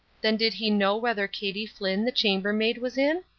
then did he know whether katie flinn, the chamber-maid, was in?